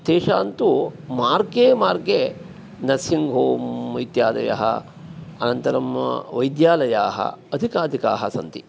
तेषान्तु मार्गे मार्गे nursing home इत्यादयः अनन्तरं वैद्यालयाः अधिकाधिकाः सन्ति